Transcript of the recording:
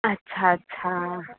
अच्छा अच्छा